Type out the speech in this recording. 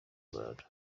rubanda